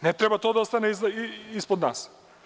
Ne treba to da ostane ispod nas.